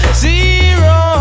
zero